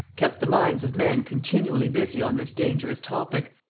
kept the minds of men continually busy on this dangerous topic,